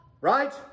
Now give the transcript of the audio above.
Right